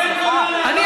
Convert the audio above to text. אני,